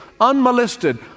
unmolested